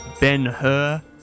Ben-Hur